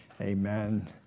Amen